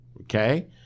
Okay